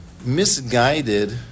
misguided